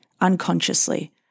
unconsciously